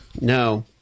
no